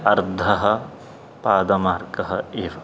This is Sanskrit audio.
अर्धः पादमार्गः एव